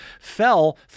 fell